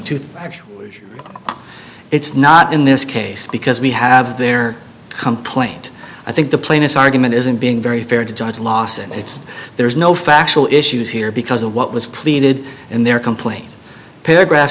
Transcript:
toothbrush it's not in this case because we have their complaint i think the plaintiff's argument isn't being very fair to judge lawson it's there is no factual issues here because of what was pleaded in their complaint paragraph